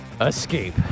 escape